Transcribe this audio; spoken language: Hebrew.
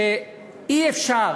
ושאי-אפשר.